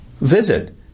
Visit